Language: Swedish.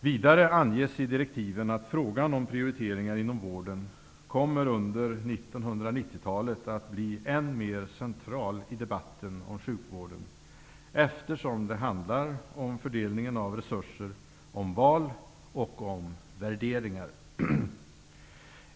Vidare anges i direktiven att frågan om prioriteringar inom vården under 1990-talet kommer att bli än mer central i debatten om sjukvården, eftersom det handlar om fördelningen av resurser, om val och om värderingar.